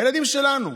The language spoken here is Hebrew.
הילדים שלנו,